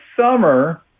summer